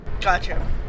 Gotcha